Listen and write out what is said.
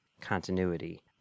continuity